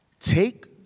Take